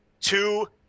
two